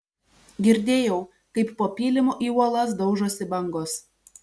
girdėjau kaip po pylimu į uolas daužosi bangos